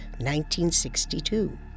1962